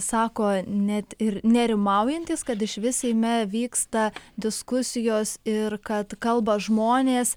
sako net ir nerimaujantys kad išvis seime vyksta diskusijos ir kad kalba žmonės